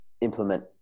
implement